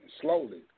slowly